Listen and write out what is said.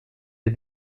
des